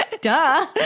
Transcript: Duh